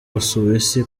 busuwisi